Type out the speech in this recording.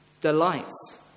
delights